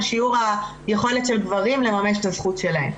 שיעור היכולת של גברים לממש את הזכות שלהם.